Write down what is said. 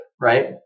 right